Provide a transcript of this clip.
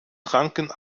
tranken